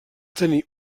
tenir